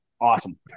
Awesome